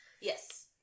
Yes